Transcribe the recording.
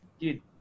dude